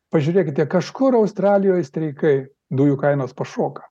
pažiūrėkite kažkur australijoj streikai dujų kainos pašoka